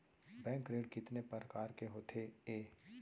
Bank ऋण कितने परकार के होथे ए?